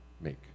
make